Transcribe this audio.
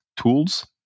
tools